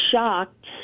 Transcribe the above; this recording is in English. shocked